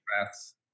breaths